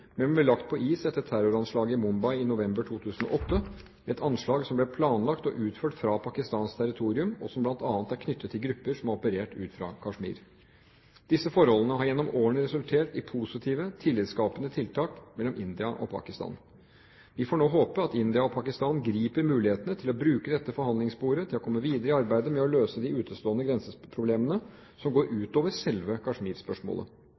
ble lagt på is etter terroranslaget i Mumbai i november 2008 – et anslag som ble planlagt og utført fra pakistansk territorium, og som bl.a. er knyttet til grupper som har operert ut fra Kashmir. Disse forhandlingene har gjennom årene resultert i positive, tillitskapende tiltak mellom India og Pakistan. Vi får nå håpe at India og Pakistan griper mulighetene til å bruke dette forhandlingssporet til å komme videre i arbeidet med å løse de utestående grenseproblemene, som går